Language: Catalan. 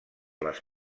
les